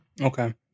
Okay